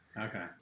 okay